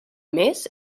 més